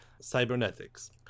cybernetics